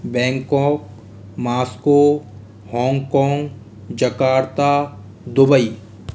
Bangkok Moscow Hong Kong Jakarta Dubai